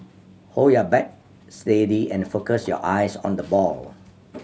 hold your bat steady and focus your eyes on the ball